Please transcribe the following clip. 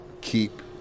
Keep